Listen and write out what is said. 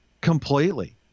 completely